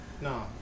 No